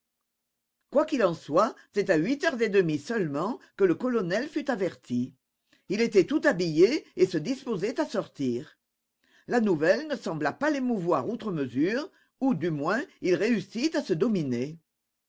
qu'il en soit c'est à huit heures et demie seulement que le colonel fut averti il était tout habillé et se disposait à sortir la nouvelle ne sembla pas l'émouvoir outre mesure ou du moins il réussit à se dominer